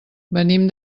venim